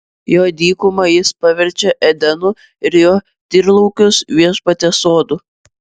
jo dykumą jis paverčia edenu ir jo tyrlaukius viešpaties sodu